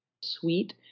sweet